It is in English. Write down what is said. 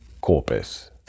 Corpus